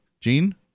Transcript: Gene